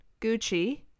Gucci